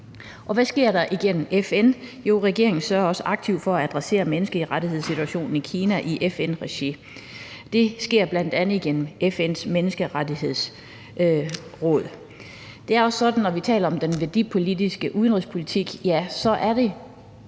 Hvad sker der igennem FN? Jo, regeringen sørger også aktivt for at adressere menneskerettighedssituationen i Kina i FN-regi. Det sker bl.a. igennem FN's Menneskerettighedsråd. Når vi taler om den værdipolitiske udenrigspolitik, vil jeg lige